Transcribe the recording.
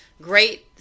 great